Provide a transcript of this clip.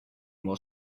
while